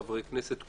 חברי כנסת,